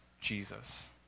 Jesus